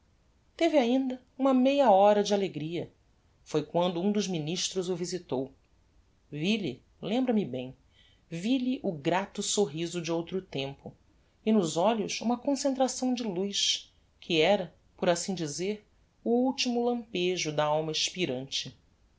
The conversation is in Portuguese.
teve ainda uma meia hora de alegria foi quando um dos ministros o visitou vi-lhe lembra-me bem vi-lhe o grato sorriso de outro tempo e nos olhos uma concentração de luz que era por assim dizer o ultimo lampejo da alma expirante